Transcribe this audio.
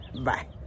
Bye